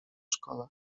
szkole